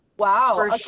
Wow